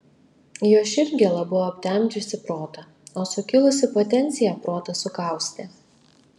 jo širdgėla buvo aptemdžiusi protą o sukilusi potencija protą sukaustė